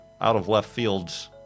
out-of-left-field